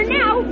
now